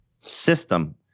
system